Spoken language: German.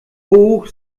hoch